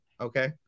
okay